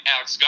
Alex